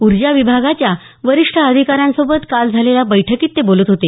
ऊर्जा विभागाच्या वरिष्ठ अधिकाऱ्यांसोबत काल झालेल्या बैठकीत ते बोलत होते